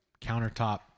countertop